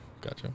gotcha